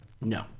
No